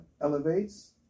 elevates